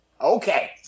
Okay